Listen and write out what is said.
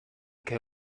que